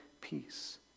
peace